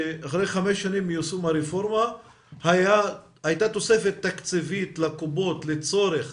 שאחרי חמש שנים מיישום הרפורמה הייתה תוספת תקציבית לקופות לצורך